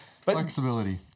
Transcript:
Flexibility